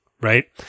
right